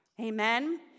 Amen